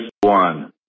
one